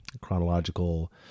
chronological